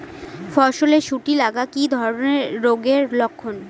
ফসলে শুটি লাগা কি ধরনের রোগের লক্ষণ?